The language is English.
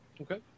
Okay